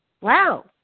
wow